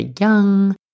young